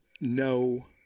No